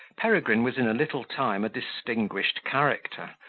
peregrine was in a little time a distinguished character,